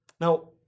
Now